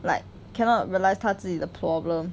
like cannot realise 他自己的 problem